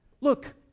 Look